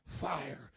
Fire